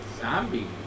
zombie